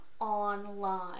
online